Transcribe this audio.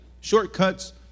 Shortcuts